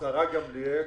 השרה גמליאל